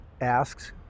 asks